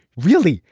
really?